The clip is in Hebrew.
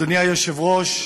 אדוני היושב-ראש,